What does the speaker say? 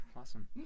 Awesome